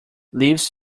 leaves